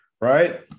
right